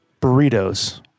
burritos